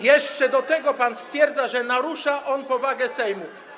Jeszcze do tego pan stwierdza, że on narusza powagę Sejmu.